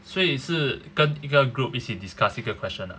所以是跟一个 group 一起 discuss 一个 question ah